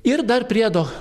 ir dar priedo